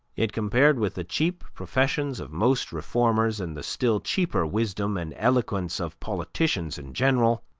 yet, compared with the cheap professions of most reformers, and the still cheaper wisdom and eloquence of politicians in general,